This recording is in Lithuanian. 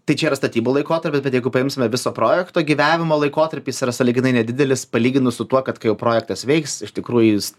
tai čia yra statybų laikotarpis bet jeigu paimsime viso projekto gyvavimo laikotarpis yra sąlyginai nedidelis palyginus su tuo kad kai projektas veiks iš tikrųjų jis